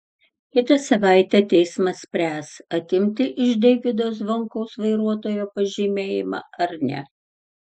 kitą savaitę teismas spręs atimti iš deivydo zvonkaus vairuotojo pažymėjimą ar ne